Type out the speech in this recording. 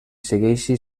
segueixi